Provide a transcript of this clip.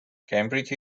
cambridge